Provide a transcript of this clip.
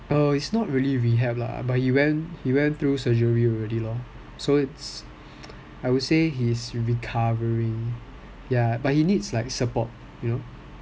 err it's not really rehab lah but he went through surgery already lor so it's I would say he is recovering ya but he needs like support you know